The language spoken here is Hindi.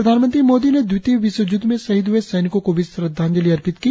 प्रधानमंत्री मोदी ने द्वितीय विश्वय्द्व में शहीद ह्ए सैनिकों को भी श्रद्धांजलि अर्पित की